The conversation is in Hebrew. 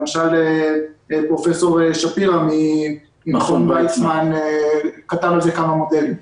למשל פרופ' שפירא ממכון ויצמן כתב על זה כמה מודלים.